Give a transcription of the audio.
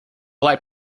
light